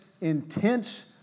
intense